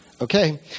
Okay